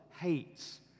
hates